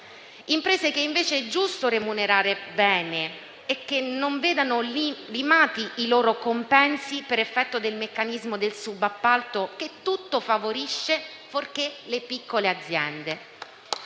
imprese che invece è giusto remunerare bene e che non devono vedere limati i loro compensi per effetto del meccanismo del subappalto, che tutto favorisce, fuorché esse,